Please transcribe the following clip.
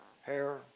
hair